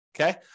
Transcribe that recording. okay